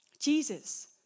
Jesus